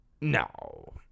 No